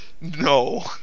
No